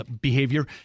behavior